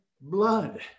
Blood